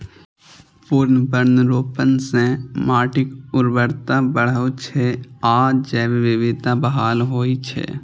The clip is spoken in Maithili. पुनर्वनरोपण सं माटिक उर्वरता बढ़ै छै आ जैव विविधता बहाल होइ छै